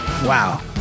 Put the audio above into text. Wow